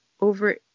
over